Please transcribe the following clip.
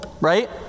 right